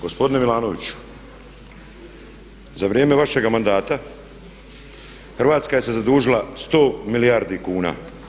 Gospodine Milanoviću, za vrijeme vašega mandata Hrvatska se zadužila 100 milijardi kuna.